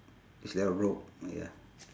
it's like a robe ya